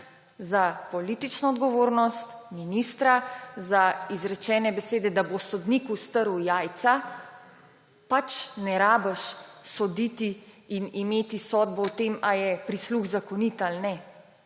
za politično odgovornost ministra, za izrečene besede, da bo sodniku strl jajca, pač ne rabiš soditi in imeti sodbo o tem, ali je prisluh zakonit ali ne.